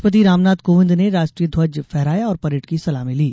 राष्ट्रपति रामनाथ कोविंद ने राष्ट्रीय ध्वज फहराया और परेड की सलामी ली